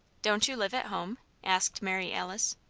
don't you live at home? asked mary alice.